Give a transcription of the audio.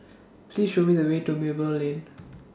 Please Show Me The Way to Merlimau Lane